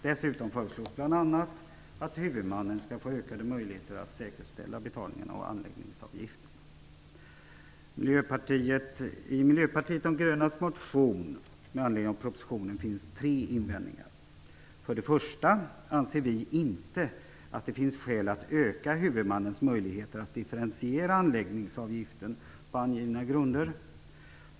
Dessutom föreslås bl.a. att huvudmannen skall få ökade möjligheter att säkerställa betalningarna och anläggningsavgiften. I Miljöpartiet de grönas motion med anledning av propositionen finns tre invändningar. För det första anser vi inte att det finns skäl att öka huvudmannens möjligheter att differentiera anläggningsavgiften på angivna grunder.